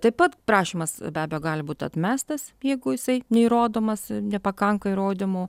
taip pat prašymas be abejo gali būti atmestas jeigu jisai neįrodomas nepakanka įrodymų